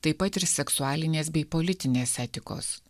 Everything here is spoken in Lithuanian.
taip pat ir seksualinės bei politinės etikos